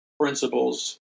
principles